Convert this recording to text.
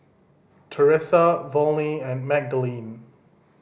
Teressa Volney and Magdalene